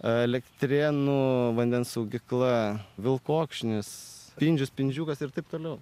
elektrėnų vandens saugykla vilkokšnis spindžius spindžiukas ir taip toliau